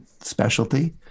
specialty